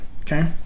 okay